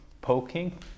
poking